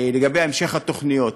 לגבי המשך התוכניות,